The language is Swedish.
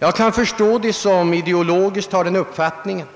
Jag kan förstå om personer, som har den ideologiska uppfattningen